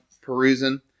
perusing